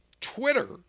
Twitter